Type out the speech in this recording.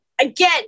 Again